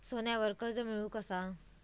सोन्यावर कर्ज मिळवू कसा?